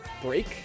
break